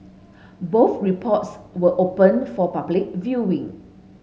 both reports were open for public viewing